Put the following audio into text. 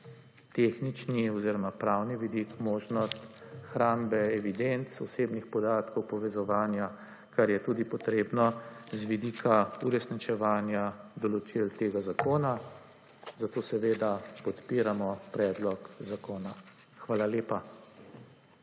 tehnični oziroma pravni vidik, možnost hrambe evidenc osebnih podatkov, povezovanja, kar je tudi potrebno z vidika uresničevanja določil tega zakona. Zato seveda podpiramo predlog zakona. Hvala lepa.